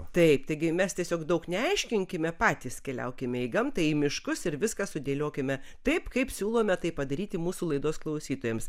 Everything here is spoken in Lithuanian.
taip taigi mes tiesiog daug neaiškinkime patys keliaukime į gamtą į miškus ir viską sudėliokime taip kaip siūlome tai padaryti mūsų laidos klausytojams